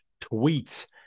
tweets